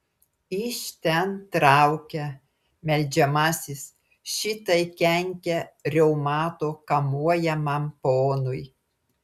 iš ten traukia meldžiamasis šitai kenkia reumato kamuojamam ponui